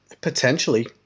potentially